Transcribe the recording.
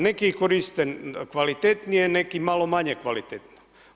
Neki koriste kvalitetnije, neki malo manje kvalitetno.